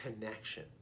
connection